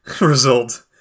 result